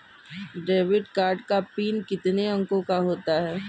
Debit card का PIN कितने अंकों का होता है?